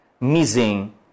missing